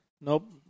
Nope